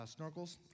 snorkels